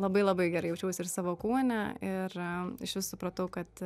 labai labai gerai jaučiausi ir savo kūne ir išvis supratau kad